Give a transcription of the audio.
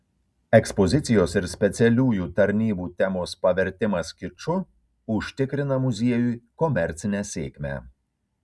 ekspozicijos ir specialiųjų tarnybų temos pavertimas kiču užtikrina muziejui komercinę sėkmę